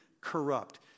corrupt